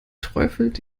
träufelt